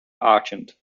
argent